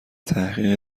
تحقیق